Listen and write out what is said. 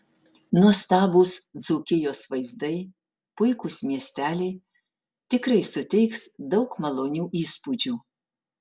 nuostabūs dzūkijos vaizdai puikūs miesteliai tikrai suteiks daug malonių įspūdžių